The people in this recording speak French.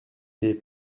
des